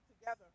together